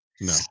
No